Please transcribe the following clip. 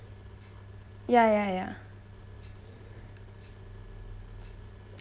ya ya ya